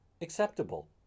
acceptable